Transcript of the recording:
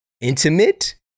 intimate